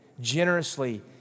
generously